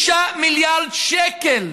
6 מיליארד שקל.